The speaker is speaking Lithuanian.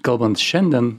kalbant šiandien